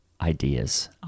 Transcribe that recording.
ideas